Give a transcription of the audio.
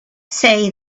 say